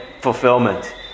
fulfillment